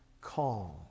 calm